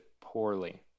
poorly